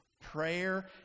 prayer